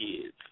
kids